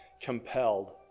compelled